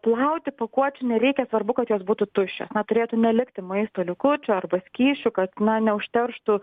plauti pakuočių nereikia svarbu kad jos būtų tuščios na turėtų nelikti maisto likučių arba skysčių kad na neužterštų